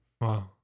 Wow